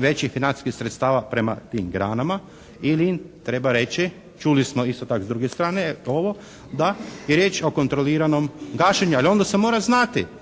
većih financijskih sredstava prema tim granama ili im treba reći, čuli smo isto tako s druge strane ovo da je riječ o kontroliranom gašenju, ali onda se mora znati